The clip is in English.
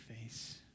face